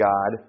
God